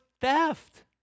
theft